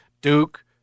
Duke